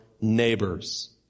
neighbor's